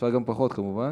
אפשר גם פחות, כמובן.